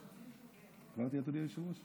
אמרתי אדוני היושב-ראש?